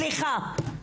סליחה.